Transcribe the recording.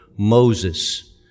Moses